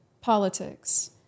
politics